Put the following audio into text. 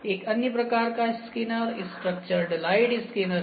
एक अन्य प्रकार का स्कैनर स्ट्रक्चर्ड लाइट स्कैनर है